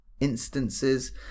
instances